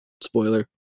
spoiler